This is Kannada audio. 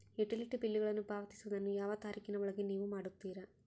ಯುಟಿಲಿಟಿ ಬಿಲ್ಲುಗಳನ್ನು ಪಾವತಿಸುವದನ್ನು ಯಾವ ತಾರೇಖಿನ ಒಳಗೆ ನೇವು ಮಾಡುತ್ತೇರಾ?